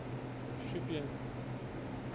Shopian